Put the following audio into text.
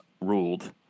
ruled